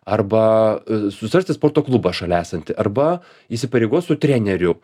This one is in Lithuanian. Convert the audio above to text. arba susirasti sporto klubą šalia esantį arba įsipareigot su treneriu